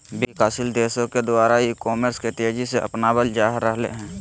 विकासशील देशों के द्वारा ई कॉमर्स के तेज़ी से अपनावल जा रहले हें